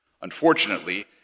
Unfortunately